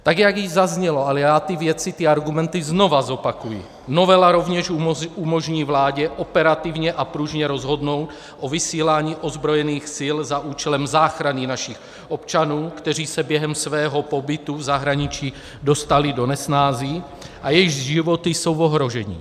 Tak jak již zaznělo, ale já ty věci, ty argumenty znova zopakuji, novela rovněž umožní vládě operativně pružně rozhodnout o vysílání ozbrojených sil za účelem záchrany našich občanů, kteří se během svého pobytu v zahraničí dostali do nesnází a jejichž životy jsou v ohrožení.